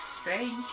strange